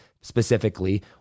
specifically